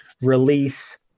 release